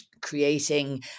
creating